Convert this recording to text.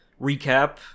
recap